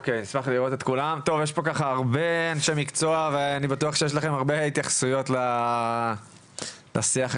יש פה הרבה אנשי מקצוע ואני בטוח שיש לכם הרבה התייחסויות לשיח שהעלנו,